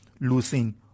losing